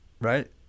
right